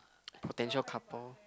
potential couple